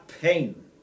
pain